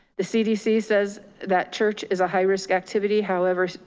the cdc says that church is a high risk activity. however,